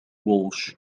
walsh